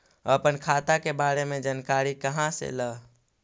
अपन खाता के बारे मे जानकारी कहा से ल?